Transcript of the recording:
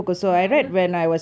ya I love the book